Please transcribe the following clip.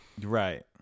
Right